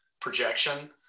projection